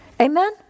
Amen